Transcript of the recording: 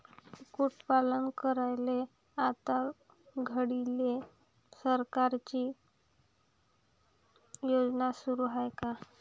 कुक्कुटपालन करायले आता घडीले सरकारची कोनची योजना सुरू हाये का?